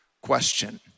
question